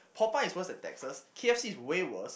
Popeyes is worse than Texas K_F_C is way worse